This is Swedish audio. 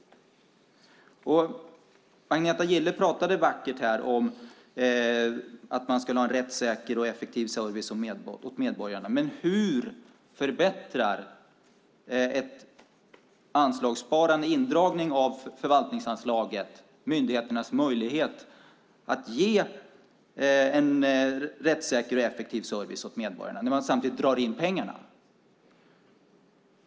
Agneta Gille pratade vackert om att man ska ha en rättssäker och effektiv service åt medborgarna, men hur förbättrar ett anslagssparande - en indragning av förvaltningsanslaget - myndigheternas möjlighet att ge en rättssäker och effektiv service åt medborgarna? Man drar ju in pengarna.